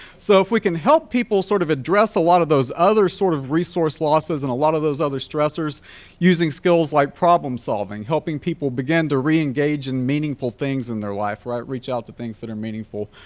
so if we can help people sort of address a lot of those other sort of resource losses and a lot of those other stressors using skills like problem solving, helping people begin to re-engage in meaningful things in their life, right, reach out to things that are meaningful,